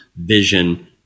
vision